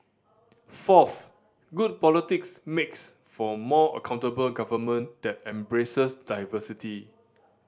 fourth good politics makes for more accountable government that embraces diversity